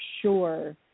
sure